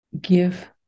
give